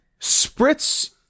Spritz